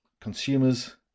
consumers